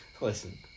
Listen